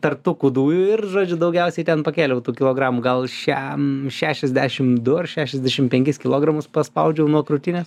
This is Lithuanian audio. tarp tų kūdųjų ir žodžiu daugiausiai ten pakėliau tų kilogramų gal šem šešiasdešim du ar šešiasdešim penkis kilogramus paspaudžiau nuo krūtinės